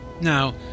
Now